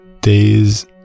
days